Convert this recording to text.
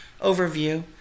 overview